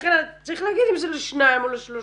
לכן צריך להגיד אם זה לשניים או לשלושה.